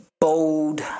bold